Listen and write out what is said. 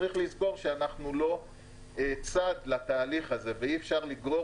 צריך לזכור שאנחנו לא צד לתהליך הזה ואי-אפשר לגרור